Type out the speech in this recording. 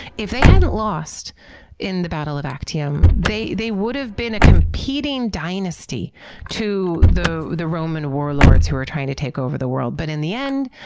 if they hadn't lost in the battle of actium, they they would have been a competing dynasty to the the roman warlords who were trying to take over the world. but in the end,